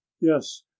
Yes